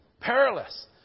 Perilous